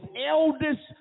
eldest